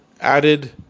added